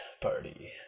party